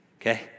Okay